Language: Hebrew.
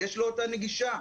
יש לו אותה נגישה.